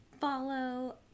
Follow